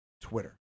Twitter